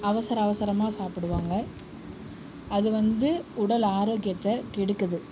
அவசர அவசரமாக சாப்பிடுவாங்க அது வந்து உடல் ஆரோக்கியத்தை கெடுக்குது